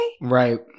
Right